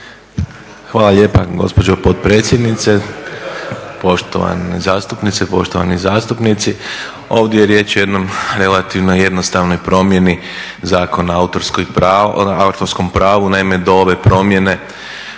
Hvala lijepa gospođo potpredsjednice, poštovane zastupnice, poštovani zastupnici. Ovdje je riječ o jednoj relativno jednostavnoj promjeni Zakona o autorskom pravu. Naime, do ove promjene